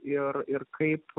ir ir kaip